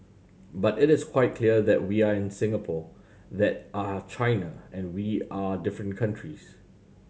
but it is quite clear that we are in Singapore that are China and we are different countries